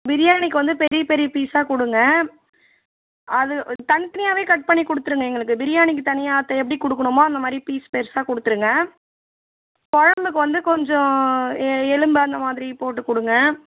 பிரியாணிக்கு வந்து பெரிய பெரிய பீஸாக கொடுங்க அது தனி தனியாகவே கட் பண்ணி கொடுத்துருங்க எங்களுக்கு பிரியாணிக்கு தனியாக அதை எப்படி கொடுக்கணுமோ அந்தமாதிரி பீஸ் பெரிசா கொடுத்துருங்க குழம்புக்கு வந்து கொஞ்சம் எ எலும்பு அந்த மாதிரி போட்டு கொடுங்க